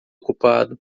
ocupado